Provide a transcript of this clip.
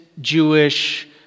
Jewish